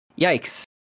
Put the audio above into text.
yikes